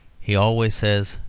he always says,